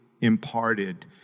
imparted